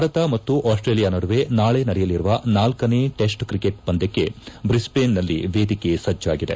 ಭಾರತ ಮತ್ತು ಆಸ್ವೇಲಿಯ ನಡುವೆ ನಾಳೆ ನಡೆಯಲಿರುವ ನಾಲ್ಲನೇ ಟೆಸ್ಟ್ ಕ್ರಿಕೆಟ್ ಪಂದ್ಯಕ್ಕೆ ಬ್ರಿಸ್ಬೇನ್ನಲ್ಲಿ ವೇದಿಕೆ ಸಜ್ಟಾಗಿದೆ